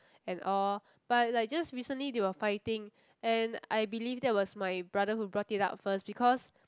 and all but like just recently they were fighting and I believe that was my brother who brought it up first because